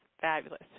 fabulous